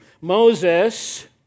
Moses